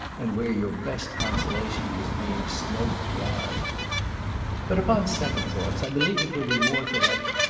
and where your best consolation was being smoke-dried. but, upon second thoughts, i believe it would be more correct,